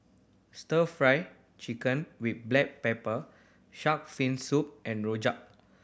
Stir Fry Chicken with black pepper shark fin soup and rojak